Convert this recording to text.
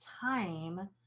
time